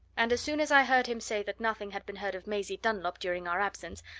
and as soon as i heard him say that nothing had been heard of maisie dunlop during our absence,